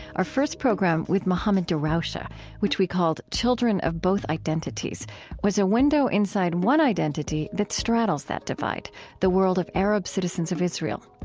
our first program, with mohammad darawshe ah which we called children of both identities was a window inside one identity that straddles that divide the world of arab citizens of israel.